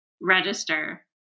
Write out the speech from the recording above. register